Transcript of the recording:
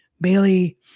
Bailey